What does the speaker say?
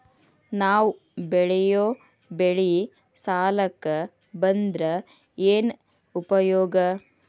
ನಾವ್ ಬೆಳೆಯೊ ಬೆಳಿ ಸಾಲಕ ಬಂದ್ರ ಏನ್ ಉಪಯೋಗ?